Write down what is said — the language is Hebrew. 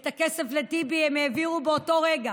את הכסף לטיבי הם העבירו באותו רגע,